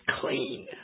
clean